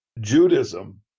Judaism